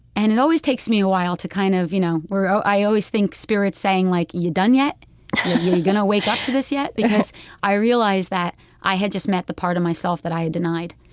and it always takes me a while to kind of, you know, where ah i always think spirit's saying, like, you done yet? you going to wake up to this yet? because i realized that i had just met the part of myself that i had denied,